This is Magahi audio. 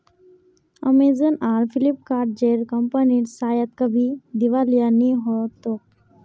अमेजन आर फ्लिपकार्ट जेर कंपनीर शायद कभी दिवालिया नि हो तोक